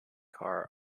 car